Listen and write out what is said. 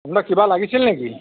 আপোনাক কিবা লাগিছিল নেকি